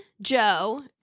Joe